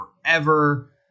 forever